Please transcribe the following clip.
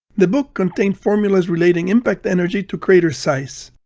the book contained formulas relating impact energy to crater size.